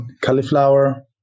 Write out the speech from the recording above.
cauliflower